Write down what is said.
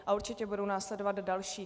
A určitě budou následovat další.